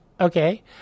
Okay